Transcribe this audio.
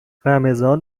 رمضان